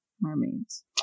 mermaids